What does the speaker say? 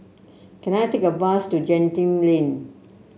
can I take a bus to Genting Lane